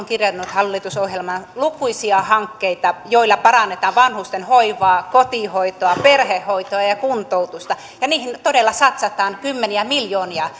kirjannut hallitusohjelmaan lukuisia hankkeita joilla parannetaan vanhustenhoivaa kotihoitoa perhehoitoa ja kuntoutusta ja niihin todella satsataan kymmeniä miljoonia